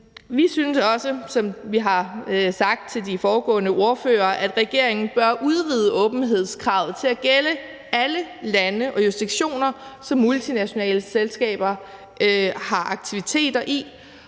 ordførere, også, at regeringen bør udvide åbenhedskravet til at gælde alle lande og jurisdiktioner, som multinationale selskaber har aktiviteter i,